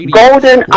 golden